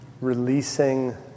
releasing